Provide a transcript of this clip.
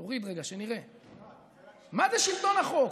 מה זה שלטון החוק?